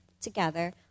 together